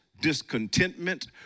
discontentment